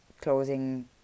closing